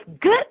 good